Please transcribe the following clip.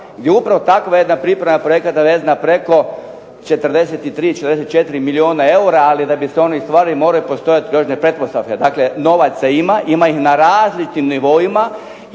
je upravo takva jedna priprema projekata vezana preko 43, 44 milijuna eura. A da bi se oni ostvarili moraju postajati određene pretpostavke. Dakle, novaca ima, ima ih na različitim nivoima